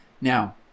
Now